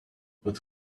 but